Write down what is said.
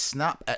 Snap